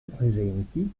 presenti